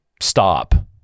stop